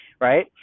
right